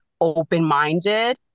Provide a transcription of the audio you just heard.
open-minded